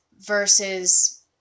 versus